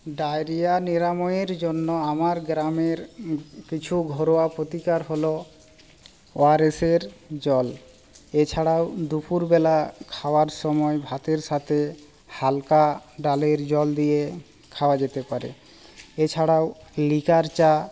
diarrhoea নিরাময়ের জন্য আমার গ্রামের কিছু ঘরোয়া প্রতিকার হলো ওয়ারেসের জল এছাড়াও দুপুরবেলা খাওয়ার সময় ভাতের সাথে হালকা ডালের জল দিয়ে খাওয়া যেতে পারে এছাড়াও লিকার চা